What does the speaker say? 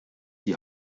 die